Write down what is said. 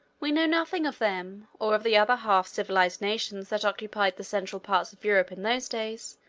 we know nothing of them, or of the other half-civilized nations that occupied the central parts of europe in those days,